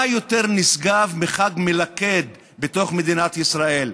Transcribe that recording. מה יותר נשגב מחג מלכד בתוך מדינת ישראל?